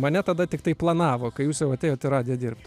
mane tada tiktai planavo kai jūs jau atėjot į radiją dirbt